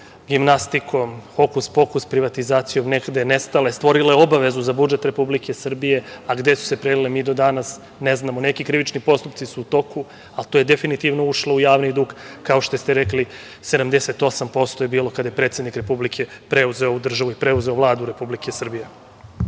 gimnastikom, hokus-pokus privatizacijom negde nestale, stvorile obavezu za budžet Republike Srbije, a gde su se prelile mi do danas ne znamo. Neki krivični postupci su u toku, ali to je definitivno ušlo u javni dug, kao što ste rekli 78% je bilo kada je predsednik Republike preuzeo ovu državu i preuzeo Vladu Republike Srbije. Malo